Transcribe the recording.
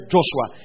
Joshua